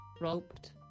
Roped